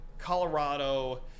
Colorado